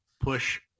push